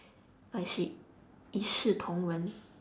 like she 一视同仁